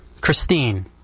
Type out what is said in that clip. Christine